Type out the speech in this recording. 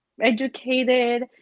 educated